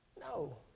No